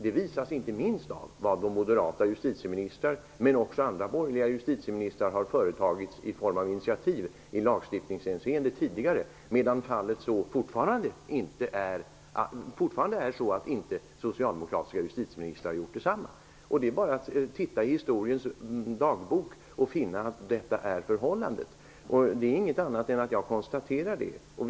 Det visas inte minst av vilka initiativ moderata justitieministrar men också andra borgerliga justitieministrar tidigare har tagit. Däremot har socialdemokratiska justitieministrar inte gjort detsamma. Det är bara att se i historiens dagbok och finna att detta är förhållandet. Jag konstaterar bara det.